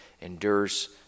endures